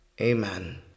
Amen